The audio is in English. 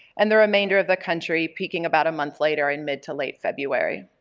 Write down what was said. and the remainder of the country peaking about a month later in mid to late february.